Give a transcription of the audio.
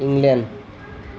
England